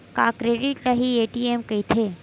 का क्रेडिट ल हि ए.टी.एम कहिथे?